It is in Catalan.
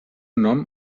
nom